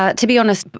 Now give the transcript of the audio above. ah to be honest,